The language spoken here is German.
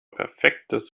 perfektes